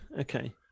okay